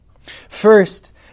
First